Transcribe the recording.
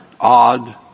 odd